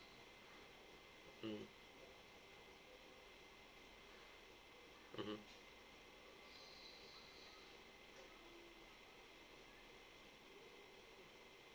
mm mmhmm